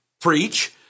preach